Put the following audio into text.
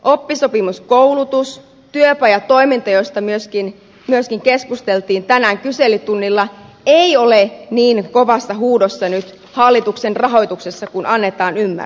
oppisopimuskoulutus työpajatoiminta joista myöskin keskusteltiin tänään kyselytunnilla eivät ole niin kovassa huudossa nyt hallituksen rahoituksessa kuin annetaan ymmärtää